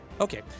Okay